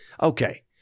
Okay